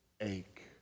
ache